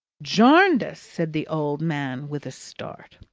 jarndyce! said the old man with a start.